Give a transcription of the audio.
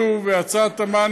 אי-אפשר.